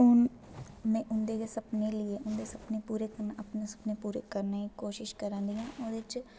हून में उं'दे गै सपने लेइयै उं'दे सपने पूरे अपने सपने पूरे करने दी कोशश करानी आं ओह्दे च